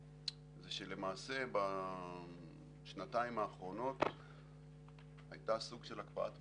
למעשה בשנתיים האחרונות היה סוג של הקפאת מצב.